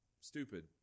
stupid